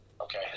okay